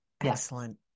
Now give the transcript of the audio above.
Excellent